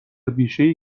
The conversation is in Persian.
بیشهای